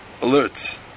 alerts